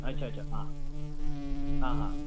अच्छा अच्छा हाँ हाँ हाँ